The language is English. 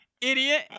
idiot